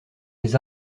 les